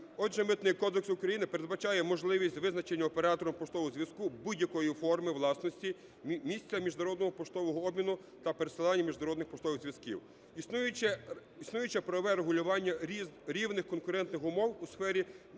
Отже, Митний кодекс України передбачає можливість визначення оператором поштового зв'язку будь-якої форми власності, місця міжнародного поштового обміну та пересилання міжнародних поштових зв'язків. Існуюче правове регулювання рівних конкурентних умов у сфері пересилання